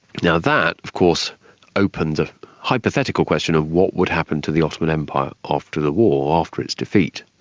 now, that of course opened the hypothetical question of what would happen to the ottoman empire after the war, after its defeat.